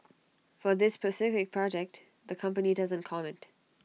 for this specific project the company doesn't comment